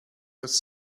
was